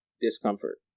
discomfort